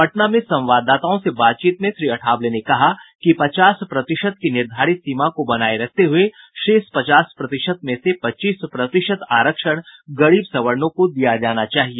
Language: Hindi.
पटना में संवाददाताओं से बातचीत में श्री अठावले ने कहा कि पचास प्रतिशत की निर्धारित सीमा को बनाये रखते हुये शेष पचास प्रतिशत में से पच्चीस प्रतिशत आरक्षण गरीब सवर्णों को दिया जाना चाहिए